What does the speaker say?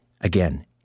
Again